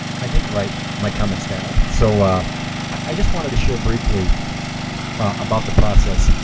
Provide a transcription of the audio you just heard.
i didn't write my comments down, so i just wanted to share briefly about the process.